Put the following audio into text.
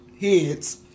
heads